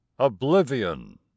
Oblivion